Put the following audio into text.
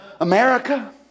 America